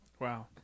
Wow